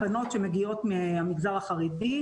הבנות שמגיעות מהמגזר החרדי,